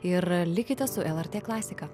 ir likite su lrt klasika